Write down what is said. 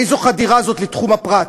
איזו חדירה זאת לתחום הפרט?